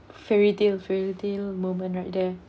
fairytale fairytale moment right there